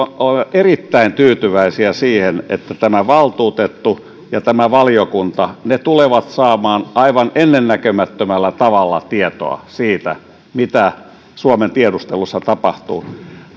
erittäin tyytyväisiä siihen että tämä valtuutettu ja tämä valiokunta tulevat saamaan aivan ennennäkemättömällä tavalla tietoa siitä mitä suomen tiedustelussa tapahtuu